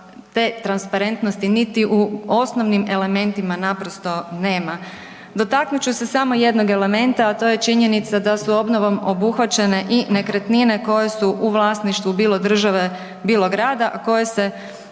te transparentnosti niti u osnovnim elementima naprosto nema. Dotaknut ću se samo jednog elementa a to je činjenica da su obnovom obuhvaćene i nekretnine koje su u vlasništvu bilo države bilo grada a koje se